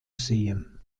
sehen